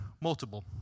multiple